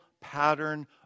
pattern